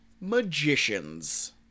magicians